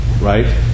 Right